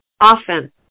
often